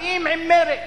באים עם מרץ,